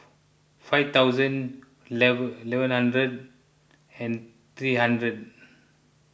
five thousand eleven eleven hundred and three hundred